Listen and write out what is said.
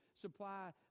Supply